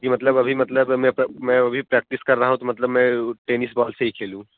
जी मतलब अभी मतलब मैं मैं अभी प्रैक्टिस कर रहा हूँ तो मतलब मैं वह टेनिस बॉल से ही खेलूँ